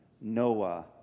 Noah